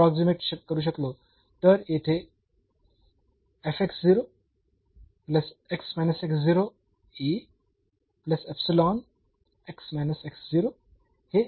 तर येथे हे लिनीअर फंक्शन आहे